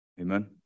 amen